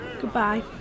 Goodbye